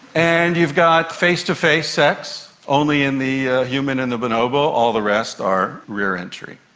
and you've got face-to-face sex only in the human and the bonobo, all the rest are rear entry.